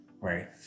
right